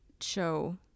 show